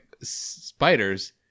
spiders